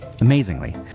amazingly